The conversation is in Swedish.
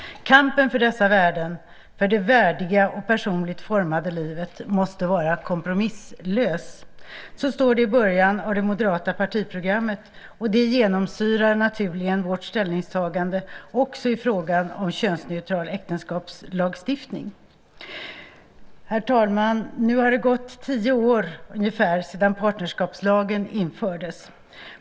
Kampen för dessa värden, för det värdiga och personligt formade livet måste vara kompromisslös. Så står det i början av det moderata partiprogrammet. Det genomsyrar naturligen vårt ställningstagande också i fråga om könsneutral äktenskapslagstiftning. Herr talman! Nu har det gått ungefär tio år sedan partnerskapslagen infördes.